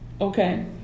Okay